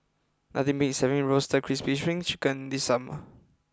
nothing beats having Roasted Crispy Spring Chicken this summer